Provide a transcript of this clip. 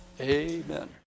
Amen